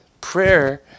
Prayer